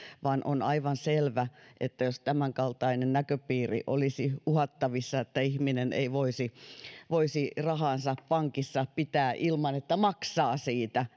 vaan on aivan selvä että sehän olisi tavatonta jos tämänkaltainen uhka olisi näköpiirissä että ihminen ei voisi voisi rahaansa pankissa pitää ilman että maksaa siitä